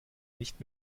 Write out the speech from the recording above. nicht